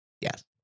Yes